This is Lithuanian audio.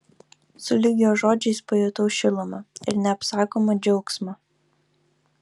sulig jo žodžiais pajutau šilumą ir neapsakomą džiaugsmą